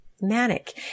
manic